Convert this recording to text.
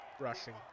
Rushing